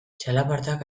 txalapartak